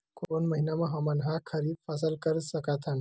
कोन महिना म हमन ह खरीफ फसल कर सकत हन?